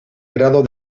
grado